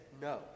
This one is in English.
no